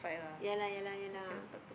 ya lah ya lah ya lah